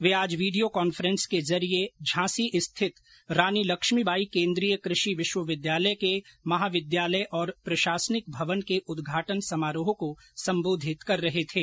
वे आज video conference के जरिये झांसी स्थित रानी लक्ष्मीबाई केंद्रीय कृषि विश्वविद्यालय के महाविद्यालय और प्रशासनिक भवन के उद्घाटन समारोह को संबोधित कर रहे थे